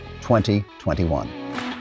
2021